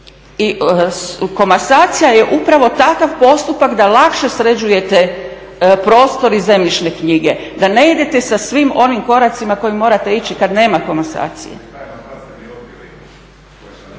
i komasacija je upravo takav postupak da lakše sređujete prostor i zemljišne knjige da ne idete sa svim onim koracima kojima morate ići kada nema komasacije.